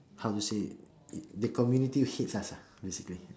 how to say the community hates us lah basically ah